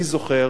אני זוכר